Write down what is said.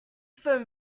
foam